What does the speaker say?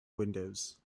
windows